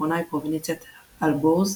האחרונה היא פרובינציית אלבורז,